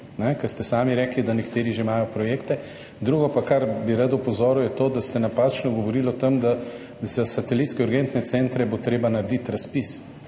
ker ste sami rekli, da nekateri že imajo projekte. Drugo pa, na kar bi rad opozoril, je to, da ste napačno govorili o tem, da bo treba za satelitske urgentne centre narediti razpis.